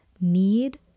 need